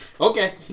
Okay